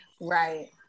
Right